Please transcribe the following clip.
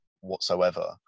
whatsoever